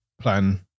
plan